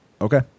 Okay